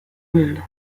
mundo